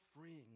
freeing